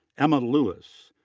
emma lewis.